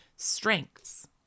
strengths